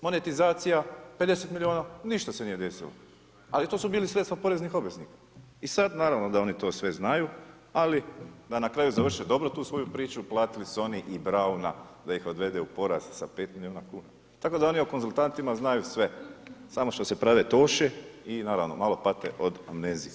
Monetizacija 50 milijuna ništa se nije desilo, ali to su bili sredstva poreznih obveznika i sad naravno da oni sve znaju, ali da na kraju završe dobro tu svoju priču platili su oni i Brauna da ih odvede u porast sa 5 milijuna kuna, tako da oni o konzultantima znaju sve, samo što se prave toši i naravno malo pate od amnezije.